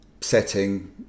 setting